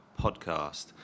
Podcast